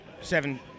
seven